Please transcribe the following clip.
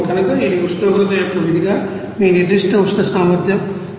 కనుక ఇది ఉష్ణోగ్రత యొక్క విధిగా మీ నిర్దిష్ట ఉష్ణ సామర్థ్య సమీకరణం